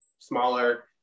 smaller